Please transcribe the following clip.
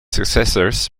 successors